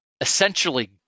essentially